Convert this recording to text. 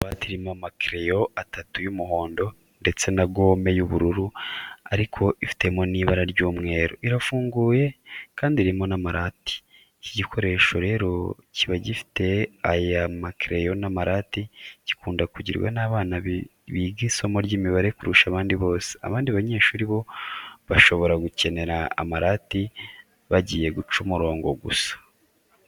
Buwate irimo amakereyo atatu y'umuhondo ndetse na gome y'ubururu ariko ifitemo n'ibara ry'umweru, irafunguye kandi irimo n'amarati. Iki gikoresho rero kiba kibitse aya makereyo n'amarati gikunda kugirwa n'abana biga isomo ry'imibare kurusha abandi bose. Abandi banyeshuri bo bashobora gukenera amarati bagiye guca imirongo gusa.